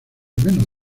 menos